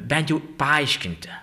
bent jau paaiškinti